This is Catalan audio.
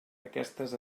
aquestes